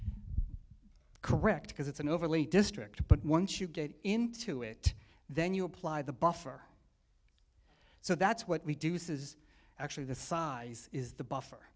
correct because it's an overlay district but once you get into it then you apply the buffer so that's what we do says actually the size is the buffer